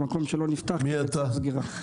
שמקום שלא נפתח קיבל צו סגירה.